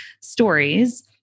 stories